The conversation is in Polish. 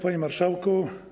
Panie Marszałku!